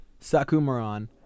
Sakumaran